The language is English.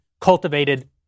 cultivated